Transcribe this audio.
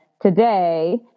today